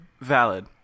Valid